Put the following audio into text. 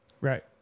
right